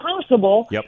possible